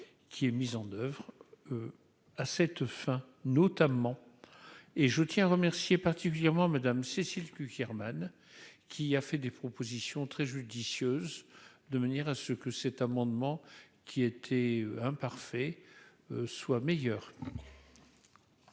qui est mise en oeuvre à cette fin, notamment et je tiens à remercier particulièrement Madame Cécile Cukierman qui a fait des propositions très judicieuse, de manière à ce que cet amendement, qui était un parfait soit meilleur.